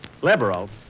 liberal